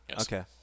Okay